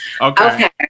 Okay